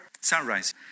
sunrise